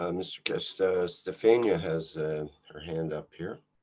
and mr. keshe stephania has and her hand up here.